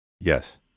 Yes